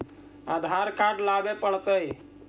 आधार card लाबे पड़तै?